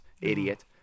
Idiot